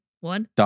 one